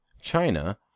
China